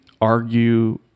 argue